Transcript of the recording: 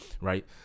right